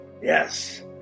Yes